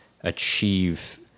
achieve